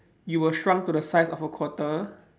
you were shrunk to the size of a quarter